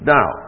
Now